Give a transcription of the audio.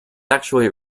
actually